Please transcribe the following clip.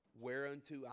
Whereunto